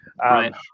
Right